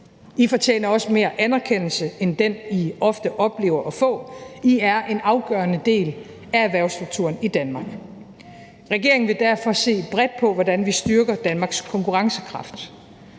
I fortjener også mere anerkendelse end den, I ofte oplever at få. I er en afgørende del af erhvervsstrukturen i Danmark. Kl. 09:27 Regeringen vil derfor se bredt på, hvordan vi styrker Danmarks konkurrencekraft.